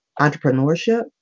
entrepreneurship